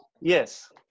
Yes